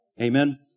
Amen